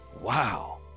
Wow